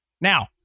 Now